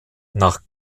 nach